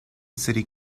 city